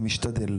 אני משתדל.